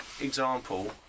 example